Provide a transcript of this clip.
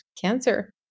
cancer